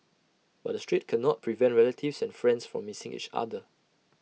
but the strait cannot prevent relatives and friends from missing each other